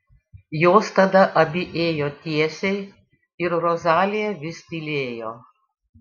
jos tada abi ėjo tiesiai ir rozalija vis tylėjo